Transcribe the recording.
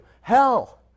Hell